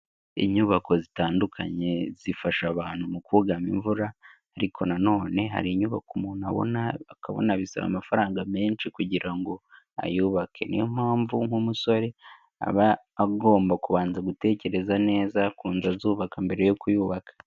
Inyubako zitandukanye zifasha abantu mu kuga imvura, ariko nanone hari inyubako umuntu abona, akabona bisaba amafaranga menshi kugira ngo ayubake, niyo mpamvu nk'umusore aba agomba kubanza gutekereza neza k'inzu azubaka mbere yo kuyubaka.